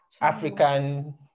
African